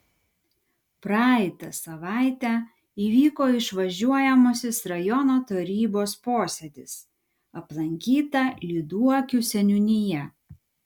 praeitą savaitę įvyko išvažiuojamasis rajono tarybos posėdis aplankyta lyduokių seniūnija